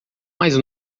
mais